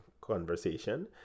conversation